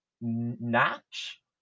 natch